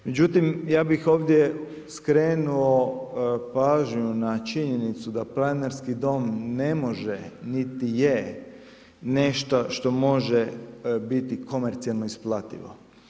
Međutim ja bih ovdje skrenuo pažnju na činjenicu da planinarski dom ne može niti je nešto što može biti komercijalno isplativo.